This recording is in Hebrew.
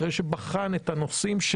אחרי שבחן את הנושאים,